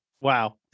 Wow